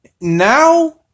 now